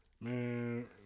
man